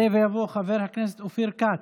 יעלה ויבוא חבר הכנסת אופיר כץ,